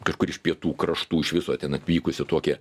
kažkur iš pietų kraštų iš viso ten atvykusi tuokė